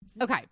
Okay